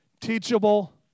teachable